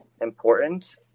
important